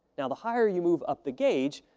now, the higher you move up the gauge,